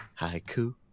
Haiku